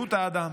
חירות האדם